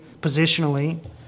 positionally